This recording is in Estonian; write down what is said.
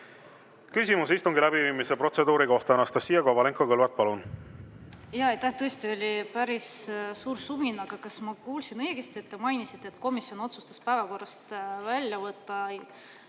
Küsimus istungi läbiviimise protseduuri kohta, Anastassia Kovalenko-Kõlvart, palun! Jaa, aitäh! Tõesti oli päris suur sumin, aga kas ma kuulsin õigesti, et te mainisite, et komisjon otsustas päevakorrast välja võtta